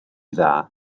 dda